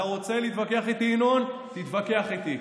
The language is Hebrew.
אתה רוצה להתווכח איתי, ינון, תתווכח איתי.